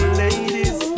ladies